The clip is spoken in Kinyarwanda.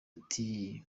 ati